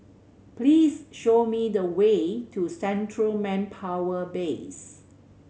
please show me the way to Central Manpower Base